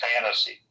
fantasy